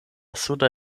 suda